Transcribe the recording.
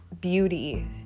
beauty